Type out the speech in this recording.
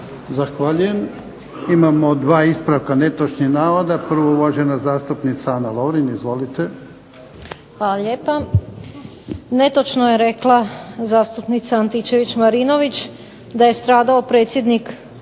Zahvaljujem. Imamo dva ispravka netočnih navoda. Prvo uvažena zastupnica Ana Lovrin. Izvolite. **Lovrin, Ana (HDZ)** Hvala lijepa. Netočno je rekla zastupnica Antičević Marinović da je stradao predsjednik